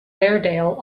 weardale